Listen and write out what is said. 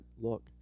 look